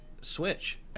Switch